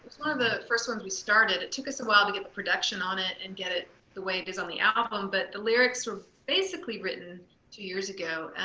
ah the first ones we started. it took us a while to get the production on it and get it the way it is on the album. but the lyrics are basically written two years ago.